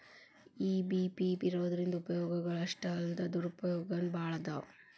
EBP ಇರೊದ್ರಿಂದಾ ಉಪಯೊಗಗಳು ಅಷ್ಟಾಲ್ದ ದುರುಪಯೊಗನೂ ಭಾಳದಾವ್